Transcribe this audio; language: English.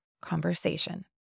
conversation